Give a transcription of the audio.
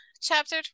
chapter